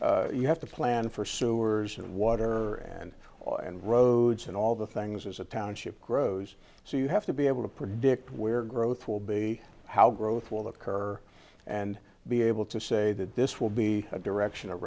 say you have to plan for sewers and water and oil and roads and all the things as a township grows so you have to be able to predict where growth will be how growth will occur and be able to say that this will be a direction